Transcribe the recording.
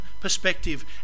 perspective